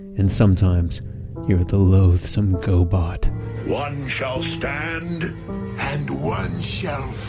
and sometimes you're the loathsome gobot one shall stand and one shall